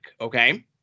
okay